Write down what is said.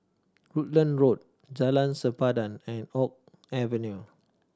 Rutland Road Jalan Sempadan and Oak Avenue